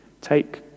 take